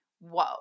whoa